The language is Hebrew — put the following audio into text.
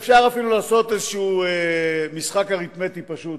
אפשר אפילו לעשות משחק אריתמטי פשוט,